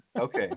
Okay